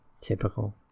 Typical